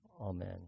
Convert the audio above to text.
amen